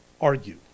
argue